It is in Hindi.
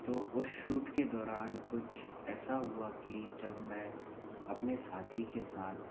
तो उस शूट के दौरान कुछ ऐसा हुआ कि जब मैं अपने साथी के साथ